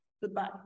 Goodbye